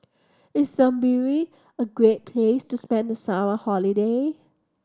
is Zimbabwe a great place to spend the summer holiday